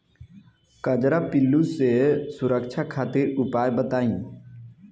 कजरा पिल्लू से सुरक्षा खातिर उपाय बताई?